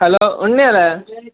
hello ഉണ്ണിയല്ലേ